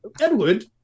Edward